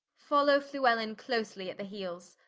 follow fluellen closely at the heeles.